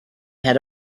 had